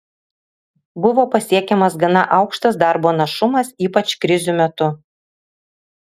buvo pasiekiamas gana aukštas darbo našumas ypač krizių metu